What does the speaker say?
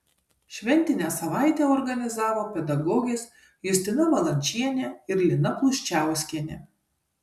šventinę savaitę organizavo pedagogės justina valančienė ir lina pluščiauskienė